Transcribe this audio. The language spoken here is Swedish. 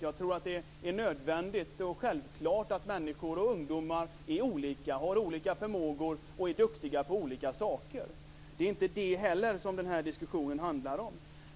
Jag tror att det är nödvändigt och självklart att människor, alltså även ungdomar, är olika, har olika förmåga och är duktiga på olika saker. Det är inte heller det som den här diskussionen handlar om.